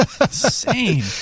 insane